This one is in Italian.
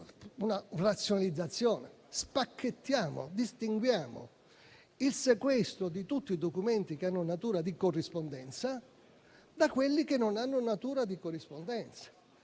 una razionalizzazione: spacchettiamo, distinguiamo il sequestro di tutti i documenti che hanno natura di corrispondenza da quelli che non hanno tale natura.